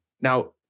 Now